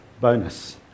bonus